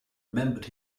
remembered